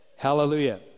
Hallelujah